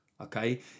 Okay